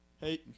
Hey